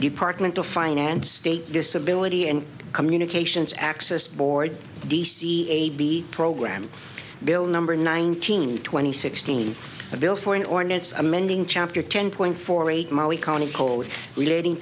department of finance state disability and communications access board d c eight b program bill number nineteen twenty sixteen a bill for an ordinance amending chapter ten point four eight molly county code relating